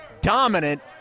dominant